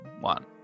one